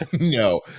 no